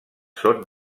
són